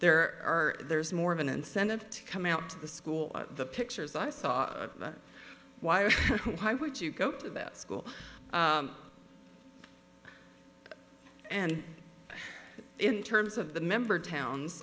there are there is more of an incentive to come out to the school the pictures i saw why or why would you go to that school and in terms of the member towns